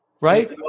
right